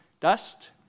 dust